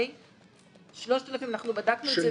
3,000 אנחנו בדקנו.